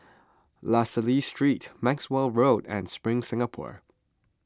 La Salle Street Maxwell Road and Spring Singapore